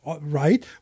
right